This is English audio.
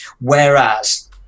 Whereas